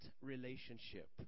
relationship